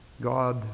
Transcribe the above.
God